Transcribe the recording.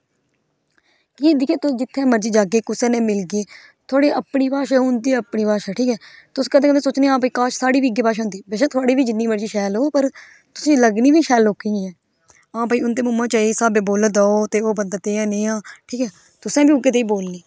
जियां तुसें दिक्खया जित्थे मर्जी जागे कुसे कन्ने मिलगे थुआढ़े अपनी भाशा उन्दी अपनी भाशा ठीक ऐ तुस कंदे कंदे सोचने हां कि काश साढ़ी बी इयै भाशा होंदी बेशक थुआढ़ी बी जिन्नी मर्जी शैल होग पर तुसेंगी लग्गनी बी शैल ओकी ऐ हां भाई उन्दे मुहां च इस स्हावे च वोल्ला दा ओह् ते ओह् बंदा ऐ नेहा तुसे बी उऐ जेही बोलनी